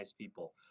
people